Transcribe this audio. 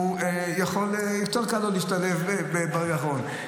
יותר קל לו להשתלב ברגע האחרון,